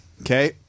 okay